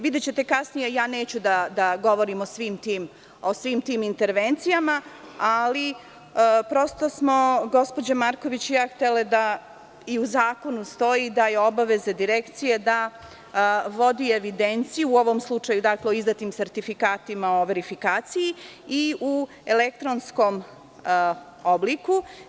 Videćete kasnije, neću da govorim o svim intervencije, ali prosto smo gospođa Marković i ja htele da u zakonu stoji da je obaveza Direkcije da vodi evidenciju, u ovom slučaju, o izdatim sertifikatima o verifikaciji i u elektronskom obliku.